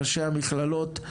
ראשי המכללות,